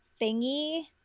thingy